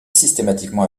systématiquement